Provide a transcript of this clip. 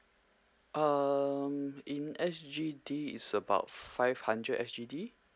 um in S_G_D is about five hundred S_G_D